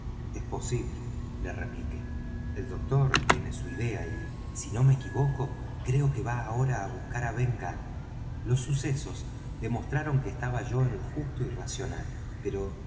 es posible le repliqué el doctor tiene su idea y si no me equivoco creo que va ahora á buscar á ben gunn los sucesos demostraron que estaba yo en lo justo y racional pero